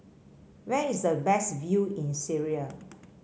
where is the best view in Syria